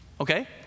Okay